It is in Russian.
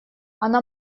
она